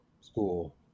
school